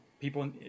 People